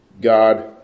God